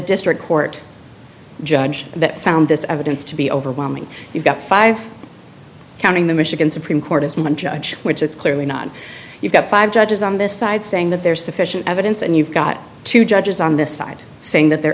district court judge that found this evidence to be overwhelming you've got five counting the michigan supreme court is my judge which it's clearly not you've got five judges on this side saying that there's sufficient evidence and you've got two judges on this side saying that there